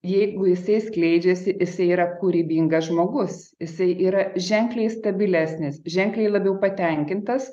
jeigu jisai skleidžiasi jisai yra kūrybingas žmogus jisai yra ženkliai stabilesnis ženkliai labiau patenkintas